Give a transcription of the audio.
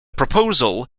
proposal